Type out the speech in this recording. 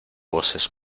voces